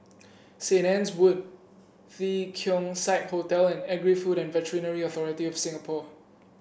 Saint Anne's Wood The Keong Saik Hotel and Agri Food and Veterinary Authority of Singapore